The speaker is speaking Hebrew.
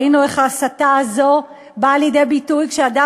ראינו את ההסתה הזאת באה לידי ביטוי כשאדם